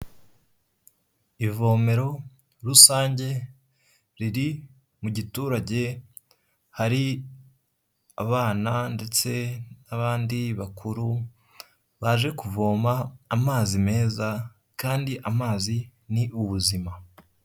Ivomero rusange riri mu giturage hari abana ndetse n'abandi bakuru baje kuvoma amazi meza kandi amazi ni ubuzima.